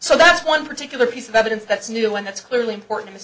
so that's one particular piece of evidence that's new and that's clearly important